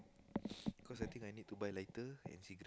cause I think I need to buy lighter